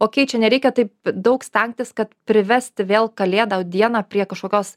okėj čia nereikia taip daug stengtis kad privesti vėl kalėdų dieną prie kažkokios